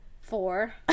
four